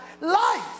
life